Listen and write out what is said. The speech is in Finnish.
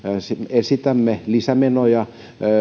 esitämme lisämenoja